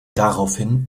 daraufhin